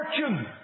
fortune